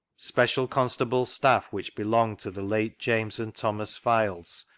special constable's staff which belonged to the late james and thomas fildes,